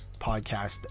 podcast